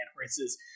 races